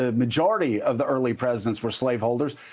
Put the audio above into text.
ah majority of the early presidents were slave holders,